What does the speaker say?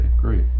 great